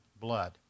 blood